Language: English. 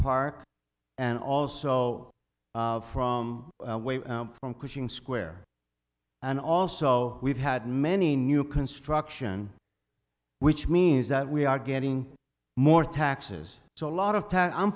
park and also from way out from cushing square and also we've had many new construction which means that we are getting more taxes so a lot of tax i'm